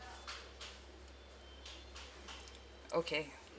okay